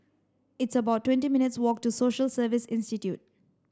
it's about twenty minutes' walk to Social Service Institute